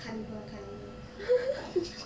carnival carnival